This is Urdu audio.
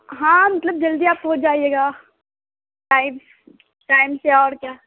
ہاں مطلب جلدی آپ پہنچ جائیے گا ٹائم ٹائم سے اور کیا